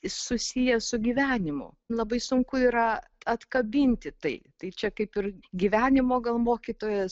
susiję su gyvenimu labai sunku yra atkabinti tai tai čia kaip ir gyvenimo gal mokytojas